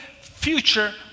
future